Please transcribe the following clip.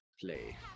play